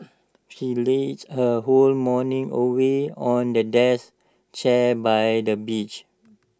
she lazed her whole morning away on the deck chair by the beach